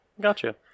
Gotcha